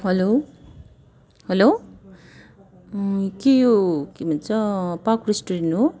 hello hello के यो के भन्छ पार्क रेस्टुरेन्ट हो